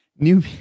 new